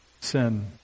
sin